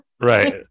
right